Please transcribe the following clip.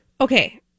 Okay